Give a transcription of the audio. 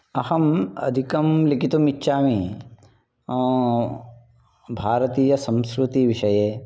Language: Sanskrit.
अहम् अधिकं लेखितुम् इच्छामि भारतीयसंस्कृतिविषये